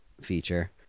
feature